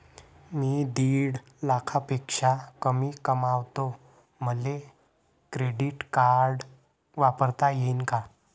मी दीड लाखापेक्षा कमी कमवतो, मले क्रेडिट कार्ड वापरता येईन का?